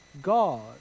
God